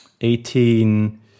eighteen